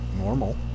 normal